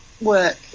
work